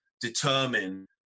determine